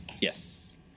Yes